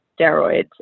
steroids